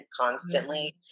constantly